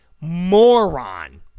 moron